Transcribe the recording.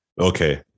Okay